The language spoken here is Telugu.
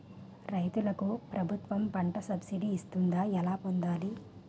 రైతులకు ప్రభుత్వం పంట సబ్సిడీ ఇస్తుందా? ఎలా పొందాలి?